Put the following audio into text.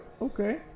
Okay